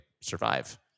survive